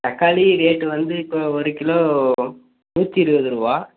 தக்காளி ரேட்டு வந்து இப்போ ஒரு கிலோ நூற்றி இருபதுரூவா